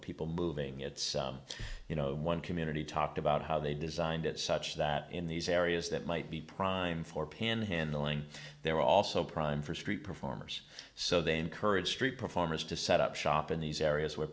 people moving it's you know one community talked about how they designed it such that in these areas that might be prime for pin handling they're also prime for street performers so they encourage street performers to set up shop in these areas where